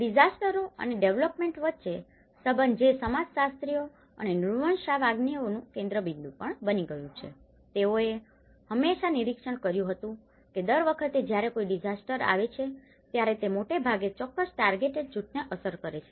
ડીઝાસ્ટરઓ અને ડેવેલપમેન્ટ વચ્ચે સંબંધ જે સમાજશાસ્ત્રીઓ અને નૃવંશવિજ્ઞાનીઓનું કેન્દ્રબિંદુ પણ બની ગયું છે તેઓએ હંમેશાં નિરીક્ષણ કર્યું હતું કે દર વખતે જ્યારે કોઈ ડીઝાસ્ટર આવે છે ત્યારે તે મોટે ભાગે ચોક્કસ ટાર્ગેટેડ જૂથને અસર કરે છે